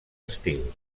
estil